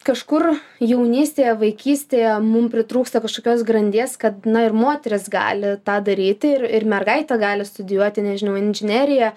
kažkur jaunystėje vaikystėje mum pritrūksta kažkokios grandies kad na ir moteris gali tą daryti ir ir mergaitė gali studijuoti nežinau inžineriją